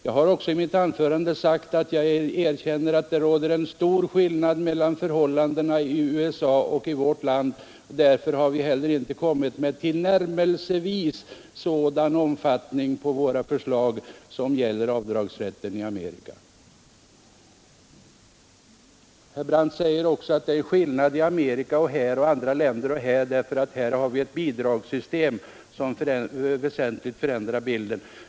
Jag sade också i mitt förra anförande att det finns stora skillnader mellan förhållandena i USA och här i vårt land, och därför har våra förslag om avdragsrätt heller inte fått tillnärmelsevis den omfattning som gäller i Amerika. Vidare sade herr Brandt att det är skillnad på förhållandena här i Sverige och i Amerika och andra länder, därför att vi här har ett bidragssystem som väsentligt förändrar hela bilden.